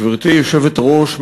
גברתי היושבת-ראש,